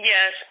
Yes